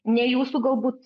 ne jūsų galbūt